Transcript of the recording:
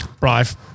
Right